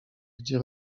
gdzie